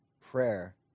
Prayer